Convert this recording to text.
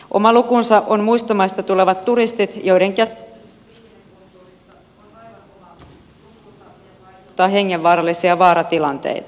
oma lukunsa ovat muista maista tulevat turistit joiden käsitys liikennekulttuurista on aivan oma lukunsa ja aiheuttaa hengenvaarallisia vaaratilanteita